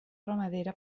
ramadera